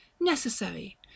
necessary